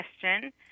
question